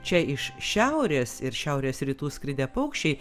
čia iš šiaurės ir šiaurės rytų skridę paukščiai